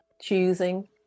choosing